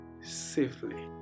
safely